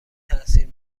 تاثیر